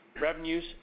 revenues